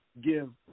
give